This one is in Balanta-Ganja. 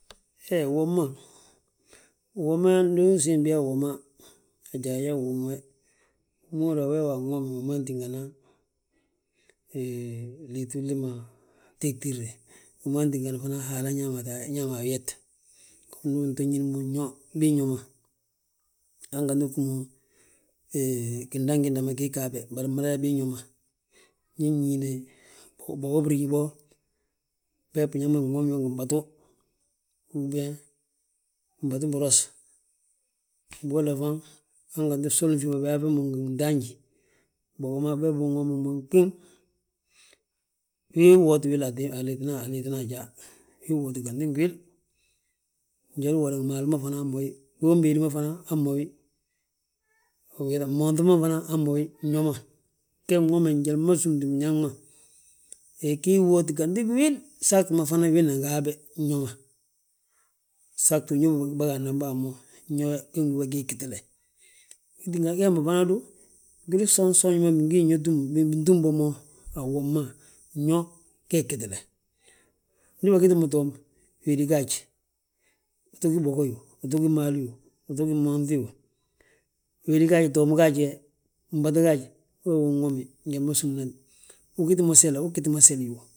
He uwom ma, uwoma ndu usiim biyaa uwoma, ajaa yaa uwomi we. Wi ma húri yaa wee wa anwomi, wi man tíngana, hee liiti willi ma tegtire, wi man tíng fana Haala ñaa ma ayet. Ndu uto ñín mo nyo, biin yo ma, hanganti ugí mo gindaŋ giinda ma gii ga habe, bari mmada yaa binyo ma, ñe ñiine bogo briñi bo, bee biñaŋ nwom yo ngi mbatu, uben mbatu biros, bigolla faŋ han ganti fsolin fi ma biyaa fi mo ngi ntaanji, bogo ma bee bi unwomi umom ɓiŋ. Wii wooti wil a liitina, aliitina ajaa, wii wwooti ganti ngi wil, njalu uwoda ngi maalu ma fana hamma wi. Bogom béedi ma fana hamma wi, bmoonŧi ma hana hamma wi, nyo ma, ge nwome njali ma súmtin biñaŋ ma. Gii wooti ganti ngi wil, saagi ma fana winan ga habe nyo ma, saagtu uñób ma bâgaadna bo a mo, nyo we ge gdúba gii gitile. Wi tígani gee ma fana du, gwili gsoonj soonji ma bingin yo túm, gini bintúm bo mo a woma, nyo gee ggitile. Ndi bagiti mo toom, wédi gaaj, wi to gí bogo yoo, uto gí maalu yoo, uto gí bmoonŧi yoo, wédi gaaj, toom gaaj we, mbatu gaaj. Wee wi unwomi njali ma súmnati, ugiti mo sele uu ggi mo seli yoo.